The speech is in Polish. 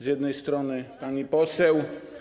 Z jednej strony pani poseł.